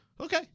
okay